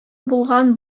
булган